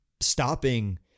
stopping